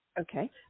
Okay